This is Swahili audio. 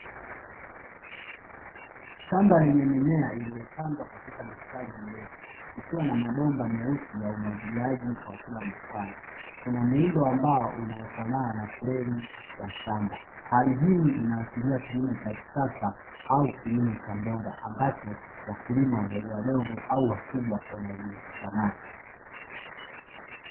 Shamba lenye mimea iliopandwa katika mistari mirefu ikiwa na mabomba meusi ya umwagiliaji kwa kila mstari bustani kuna muundo ambao unaofana na fremu ya shamba. Hali hii inaashiria kilimo cha kisasa au kilimo cha mboga ambacho wakulima wadogo wadogo au wakubwa wanajihusisha nacho.